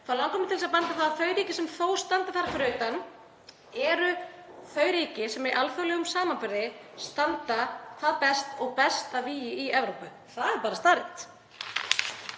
þá langar mig til að benda á það að þau ríki sem þó standa þar fyrir utan eru þau ríki sem í alþjóðlegum samanburði standa hvað best og best að vígi í Evrópu. Það er bara staðreynd.